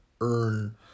earn